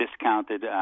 discounted